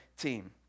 team